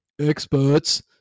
experts